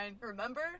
Remember